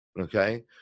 okay